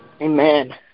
Amen